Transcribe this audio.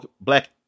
black